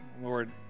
Lord